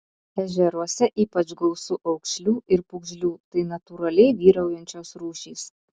ežeruose ypač gausu aukšlių ir pūgžlių tai natūraliai vyraujančios rūšys